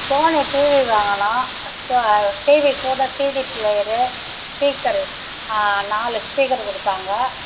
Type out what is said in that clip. Sony TV வாங்கினோம் ச TV கூட சிடி பிளேயரு ஸ்பீக்கரு நாலு ஸ்பீக்கரு கொடுத்தாங்க